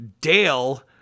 Dale